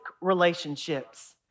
relationships